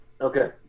okay